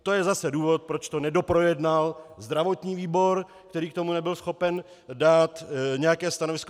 To je zase důvod, proč to nedoprojednal zdravotní výbor, který k tomu nebyl schopen dát nějaké stanovisko.